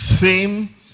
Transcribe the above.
fame